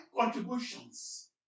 contributions